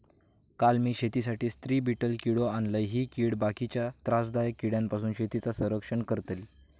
काल मी शेतीसाठी स्त्री बीटल किडो आणलय, ही कीड बाकीच्या त्रासदायक किड्यांपासून शेतीचा रक्षण करतली